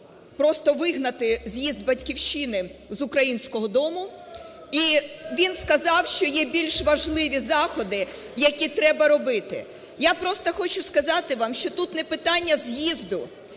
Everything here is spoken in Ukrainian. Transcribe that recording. просто вигнати з'їзд "Батьківщини" з "Українського дому". І він сказав, що є більш важливі заходи, які треба робити. Я просто хочу сказати вам, що тут не питання з'їзду